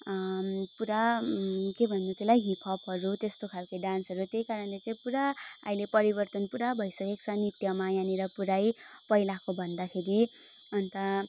पुरा के भन्नु त्यसलाई हिपपहरू त्यस्तो खालके डान्सहरूलाई त्यही कारणले चाहिँ पुरा अहिले परिवर्तन पुरा भइसकेको छ नृत्यमा यहाँनिर पुरै पहिलाको भन्दाखेरि अन्त